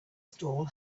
stall